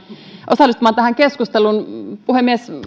osallistumaan tähän keskusteluun puhemies